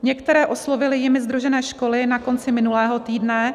Některé oslovily jimi sdružené školy na konci minulého týdne.